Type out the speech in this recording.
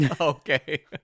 Okay